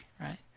Right